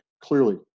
clearly